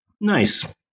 Nice